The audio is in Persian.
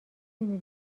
نمی